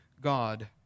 God